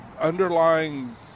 underlying –